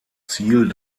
ziel